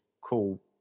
cool